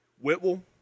Whitwell